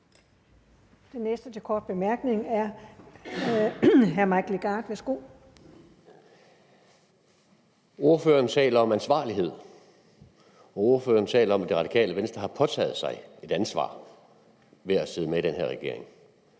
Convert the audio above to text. Den næste for en kort bemærkning er hr. Mike Legarth. Værsgo. Kl. 13:24 Mike Legarth (KF): Ordføreren taler om ansvarlighed, og ordføreren taler om, at Det Radikale Venstre har påtaget sig et ansvar ved at sidde med i den her regering.